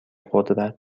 قدرت